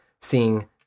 seeing